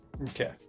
Okay